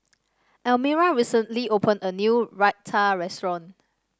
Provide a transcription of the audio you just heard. Almira recently opened a new Raita Restaurant